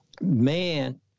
man